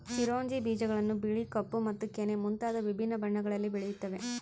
ಚಿರೊಂಜಿ ಬೀಜಗಳನ್ನು ಬಿಳಿ ಕಪ್ಪು ಮತ್ತು ಕೆನೆ ಮುಂತಾದ ವಿಭಿನ್ನ ಬಣ್ಣಗಳಲ್ಲಿ ಬೆಳೆಯುತ್ತವೆ